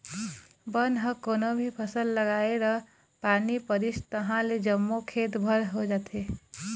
बन ह कोनो भी फसल लगाए र पानी परिस तहाँले जम्मो खेत भर हो जाथे